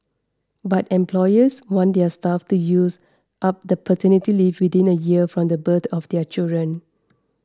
but employers want their staff to use up the paternity leave within a year from the birth of their children